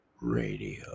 Radio